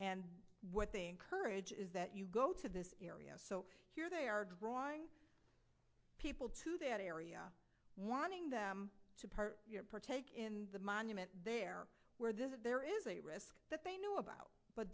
and what they encourage is that you go to this area so here they are drawing people to that area wanting them to part your partake in the monument there where this if there is a risk that they know about but